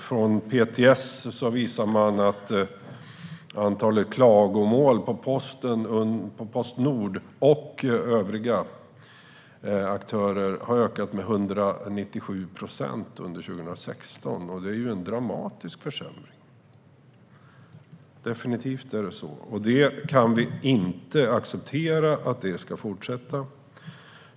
Från PTS visar man att antalet klagomål på Postnord och övriga aktörer har ökat med 197 procent under 2016. Det är en dramatisk försämring. Definitivt är det så, och vi kan inte acceptera att det ska fortsätta.